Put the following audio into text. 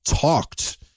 talked